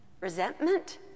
resentment